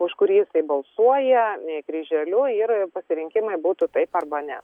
už kurį jisai balsuoja kryželiu ir pasirinkimai būtų taip arba ne